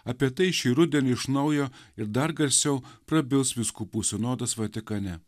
apie tai šį rudenį iš naujo ir dar garsiau prabils vyskupų sinodas vatikane